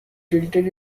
tilted